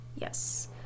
Yes